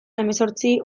hemezortzi